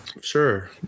Sure